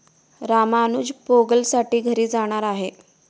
रामानुज पोंगलसाठी घरी जाणार आहे